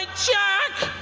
check!